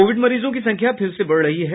Covid मरीजों की संख्या फिर से बढ़ रही है